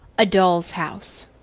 a doll's house,